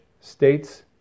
states